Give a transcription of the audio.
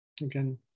Again